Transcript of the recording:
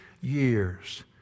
years